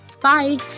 Bye